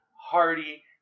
hearty